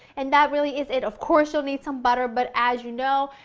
and that really is it, of course, you'll need some butter, but as you know,